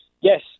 Yes